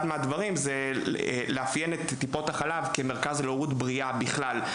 אחד מהדברים זה לאפיין את טיפות החלב כמרכז להורות בריאה בכלל,